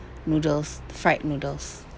noodles fried noodles